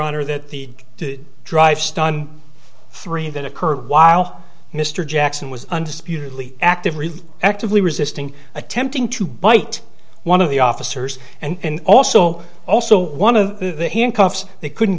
honor that the to dr stunned three that occurred while mr jackson was undisputedly active really actively resisting attempting to bite one of the officers and also also one of the handcuffs they couldn't